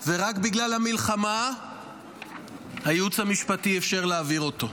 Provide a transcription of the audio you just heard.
ורק בגלל המלחמה הייעוץ המשפטי אישר להעביר אותו.